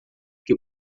que